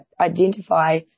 identify